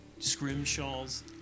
Scrimshaw's